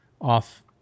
off